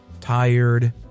tired